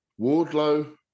Wardlow